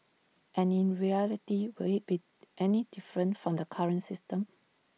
and in reality will IT be any different from the current system